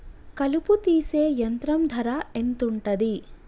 కలుపు తీసే యంత్రం ధర ఎంతుటది?